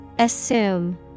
Assume